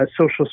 social